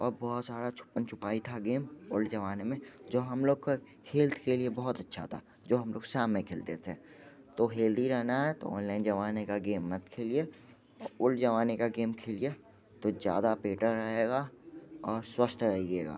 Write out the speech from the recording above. और बहुत सारा छुपम छुपाई था गेम ओल्ड जमाने में जो हम लोग को हेल्थ के लिए बहुत अच्छा था जो हम शाम में खेलते थे तो हेल्दी रहना तो ऑनलाइन जमाने का गेम मत खेलिए ओल्ड जमाने का गेम खेलिए तो ज़्यादा बेटर रहेगा और स्वस्थ रहिएगा